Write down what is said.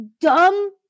dumb